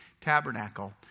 tabernacle